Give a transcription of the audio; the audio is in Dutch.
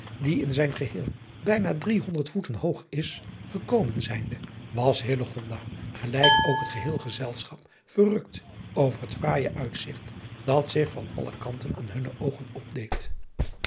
die in zijn geheel bijna driehonderd voeten hoog is gekomen zijnde was gelijk ook het geheel gezelschap verrukt over het fraaije uitzigt dat zich van alle kanten aan hunne oogen